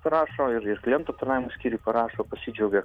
parašo ir ir klientų aptarnavimo skyriui parašo pasidžiaugia